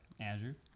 Azure